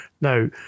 Now